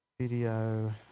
video